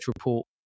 report